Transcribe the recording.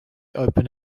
open